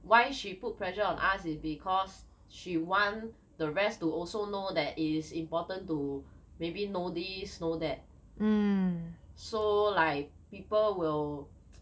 why she put pressure on us is because she want the rest to also know that it is important to maybe know these know that so like people will